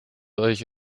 euch